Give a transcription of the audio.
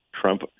Trump